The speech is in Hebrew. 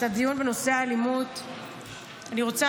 את הדיון בנושא האלימות אני רוצה,